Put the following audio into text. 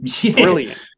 brilliant